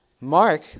Mark